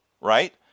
right